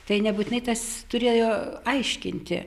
tai nebūtinai tas turėjo aiškinti